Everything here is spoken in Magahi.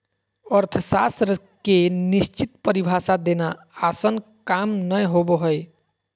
अर्थशास्त्र के निश्चित परिभाषा देना आसन काम नय होबो हइ